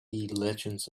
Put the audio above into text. legends